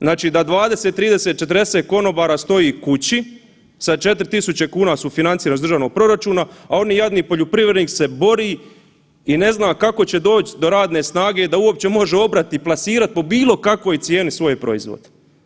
Znači da 20, 30, 40 konobara stoji kući sa 4.000,00 kn sufinanciran iz državnog proračuna, a oni jadni poljoprivrednik se bori i ne zna kako će doć do radne snage da uopće može obrat i plasirat po bilo kakvoj cijeni svoje proizvode.